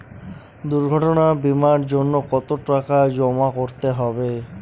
দুর্ঘটনা বিমার জন্য কত টাকা জমা করতে হবে?